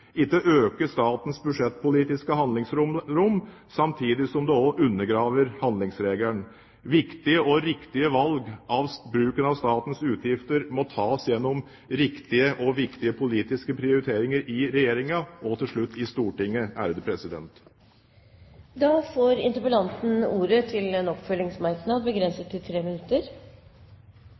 statens budsjettpolitiske handlingsrom, samtidig som det undergraver handlingsregelen. Viktige og riktige valg av bruken av statens utgifter må tas gjennom riktige og viktige politiske prioriteringer i Regjeringen og til slutt i Stortinget.